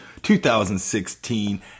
2016